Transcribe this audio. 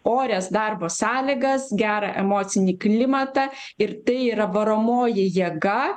orias darbo sąlygas gerą emocinį klimatą ir tai yra varomoji jėga